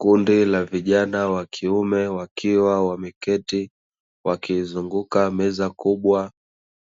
Kundi la vijana wa kiume wakiwa wameketi wakiwa wakiizunguka meza kubwa